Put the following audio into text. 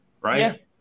Right